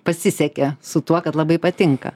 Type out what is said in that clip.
pasisekė su tuo kad labai patinka